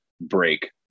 break